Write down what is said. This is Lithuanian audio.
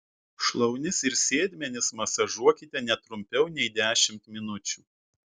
šlaunis ir sėdmenis masažuokite ne trumpiau nei dešimt minučių